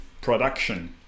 production